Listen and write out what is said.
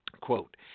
quote